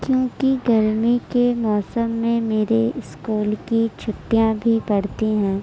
کیونکہ گرمی کے موسم میں میرے اسکول کی چھٹیاں بھی پڑتی ہیں